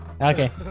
Okay